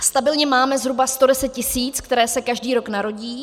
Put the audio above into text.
Stabilně máme zhruba 110 tisíc , které se každý rok narodí.